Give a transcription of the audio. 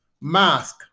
mask